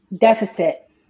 deficit